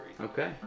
Okay